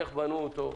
איך בנו אותו,